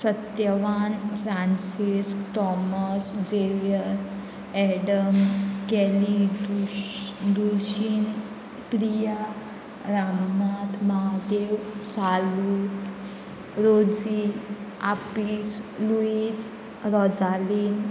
Satyavan Francis Thomas Xavier Adam Kelly दुस दुलशी Priya Ramnath Mhadev Salu Rosie आपिस लुयज रोजालीन